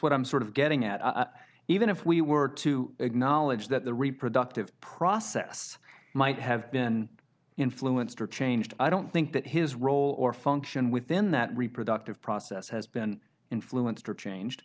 what i'm sort of getting at even if we were to acknowledge that the reproductive process might have been influenced or changed i don't think that his role or function within that reproductive process has been influenced or changed